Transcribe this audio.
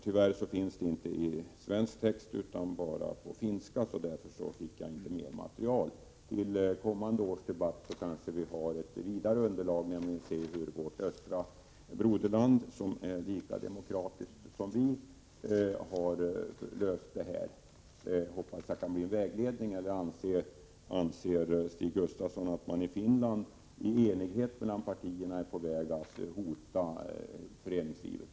Tyvärr finns inte utredningsförslaget på svenska, så därför fick jag inte mer material. Till kommande års debatt kanske vi har ett vidare underlag, där vi kan se hur man har gjort i vårt östra broderland, som är lika demokratiskt som vårt. Det hoppas jag kan ge vägledning. Eller anser Stig Gustafsson att man i Finland i enighet mellan partierna är på väg att hota föreningslivet?